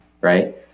right